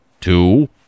two